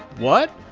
what?